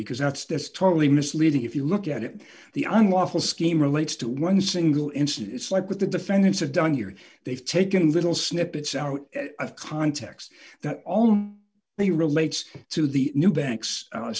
because that's that's totally misleading if you look at it the unlawful scheme relates to one single incident it's like with the defendants have done here they've taken little snippets out of context that all they relates to the new banks